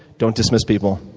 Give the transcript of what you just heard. don't dismiss people,